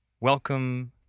Welcome